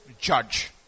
judge